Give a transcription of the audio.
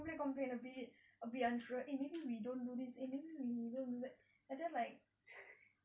and she will complain complain a bit a bit unsure eh maybe we don't do this maybe we don't do that I tell you like